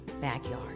backyard